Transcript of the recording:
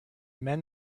men